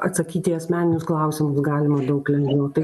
atsakyti į asmeninius klausimus galima daug lengviau tai